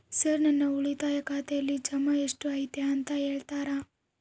Sir ನನ್ನ ಉಳಿತಾಯ ಖಾತೆಯಲ್ಲಿ ಜಮಾ ಎಷ್ಟು ಐತಿ ಅಂತ ಹೇಳ್ತೇರಾ?